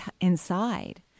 inside